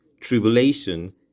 tribulation